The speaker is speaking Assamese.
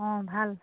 অঁ ভাল